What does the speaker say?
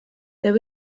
there